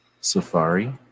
Safari